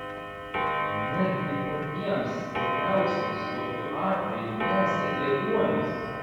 netgi patiems stipriausiems tokiu atveju gresia ėduonis